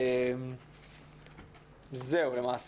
במקביל,